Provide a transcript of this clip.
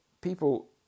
people